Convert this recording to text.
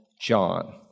John